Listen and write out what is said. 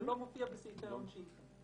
זה לא מופיע בסעיפי העונשין כאן.